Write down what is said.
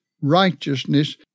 righteousness